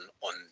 on